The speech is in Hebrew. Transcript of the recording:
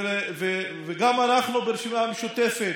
וגם אנחנו ברשימה המשותפת,